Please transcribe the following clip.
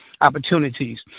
opportunities